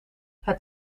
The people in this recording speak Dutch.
het